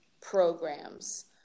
programs